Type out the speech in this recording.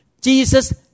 Jesus